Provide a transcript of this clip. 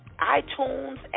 iTunes